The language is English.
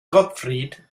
gottfried